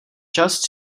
just